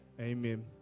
amen